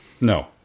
no